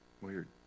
Weird